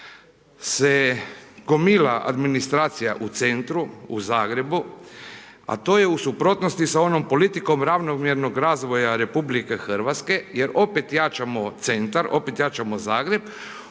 se gomila administracija u centru u Zagrebu, a to je u suprotnosti s onom politikom ravnomjernog razvoja RH jer opet jačamo centar, opet jačamo Zagreb,